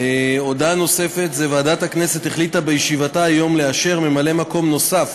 הודעה נוספת: ועדת הכנסת החליטה בישיבתה היום לאשר ממלא-מקום נוסף